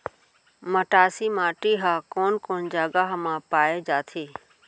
मटासी माटी हा कोन कोन जगह मा पाये जाथे?